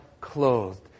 clothed